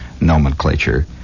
nomenclature